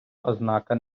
ознака